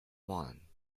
one